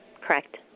Correct